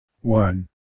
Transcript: One